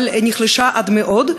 אבל נחלשה עד מאוד,